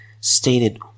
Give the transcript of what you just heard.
stated